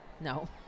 No